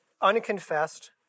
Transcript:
unconfessed